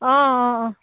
অঁ অঁ অঁ